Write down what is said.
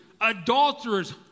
adulterers